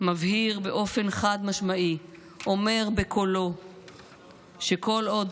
מבהיר באופן חד-משמעי ואומר בקולו שכל עוד